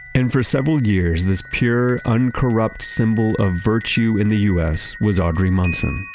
and for several years, this pure uncorrupt symbol of virtue in the us was audrey munson.